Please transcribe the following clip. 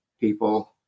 people